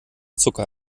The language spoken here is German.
zucker